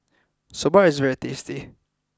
Soba is very tasty